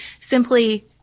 simply